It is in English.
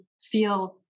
feel